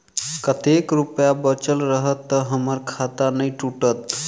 कतेक रुपया बचल रहत तऽ हम्मर खाता नै टूटत?